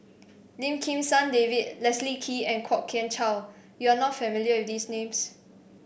Lim Kim San David Leslie Kee and Kwok Kian Chow you are not familiar with these names